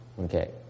okay